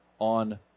on